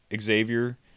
Xavier